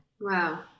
Wow